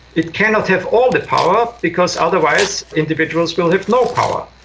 it cannot have all the power because otherwise individuals will have no power.